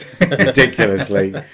Ridiculously